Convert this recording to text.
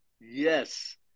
yes